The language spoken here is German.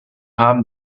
haben